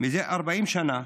זה 40 שנה,